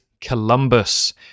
Columbus